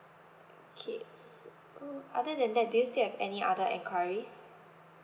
okay s~ so other than that do you still have any other enquiries